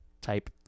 type